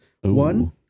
One